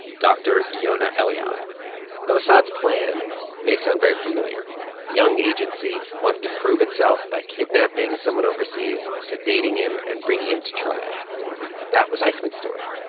dr. yonah elian the mossad's plan may sound very familiar young agency wants to prove itself by kidnapping someone overseas, sedating him and bringing him to trial that was eichmann's story.